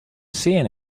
seen